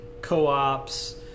co-ops